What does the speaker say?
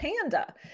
panda